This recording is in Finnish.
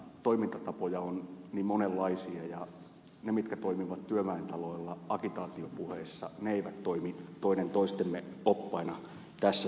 toimintatapoja on niin monenlaisia ja ne mitkä toimivat työväentaloilla agitaatiopuheissa eivät toimi toinen toistemme oppaina tässä salissa